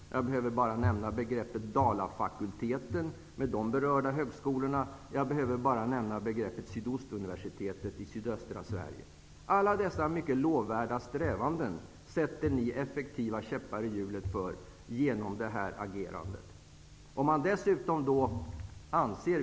Jag behöver bara nämna begreppet Dalafakulteten och de högskolor som berörs där. Jag behöver bara nämna begreppet Sydostuniversitetet i sydöstra Sverige. Ni sätter på grund av detta agerande effektiva käppar i hjulet för alla dessa lovvärda strävanden.